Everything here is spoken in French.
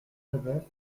leboeuf